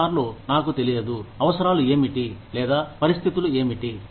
కొన్నిసార్లు నాకు తెలియదు అవసరాలు ఏమిటి లేదా పరిస్థితులు ఏమిటి